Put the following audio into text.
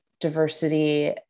diversity